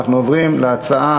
אנחנו עוברים להצעות